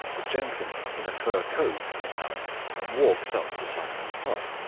a gentleman in a fur coat got out and walked up to simon's hut.